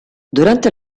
durante